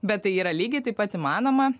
bet tai yra lygiai taip pat įmanoma